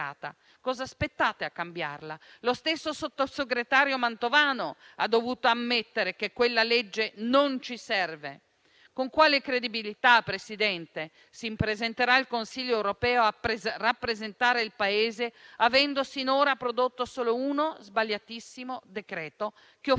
Cosa aspettate a cambiarla? Lo stesso sottosegretario Mantovano ha dovuto ammettere che quella legge non ci serve. Con quale credibilità, Presidente, si presenterà al Consiglio europeo a rappresentare il Paese, avendo sinora prodotto solo uno - sbagliatissimo - decreto, che offende